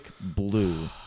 blue